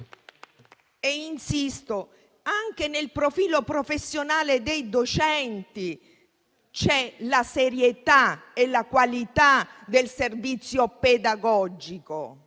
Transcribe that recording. Insisto, anche nel profilo professionale dei docenti ci sono la serietà e la qualità del servizio pedagogico.